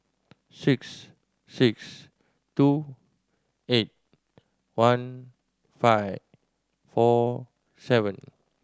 six six two eight one five four seven